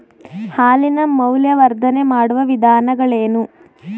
ಹಾಲಿನ ಮೌಲ್ಯವರ್ಧನೆ ಮಾಡುವ ವಿಧಾನಗಳೇನು?